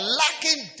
lacking